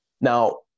now